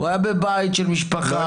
הוא היה בבית של משפחה מהקהילה האתיופית.